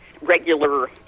regular